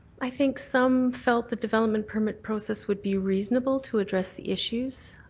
i think some felt the development permit process would be reasonable to address the issues.